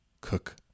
Cook